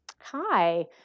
Hi